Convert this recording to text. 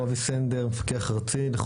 (היו"ר ח"כ צבי ידידיה סוכות) תודה רבה.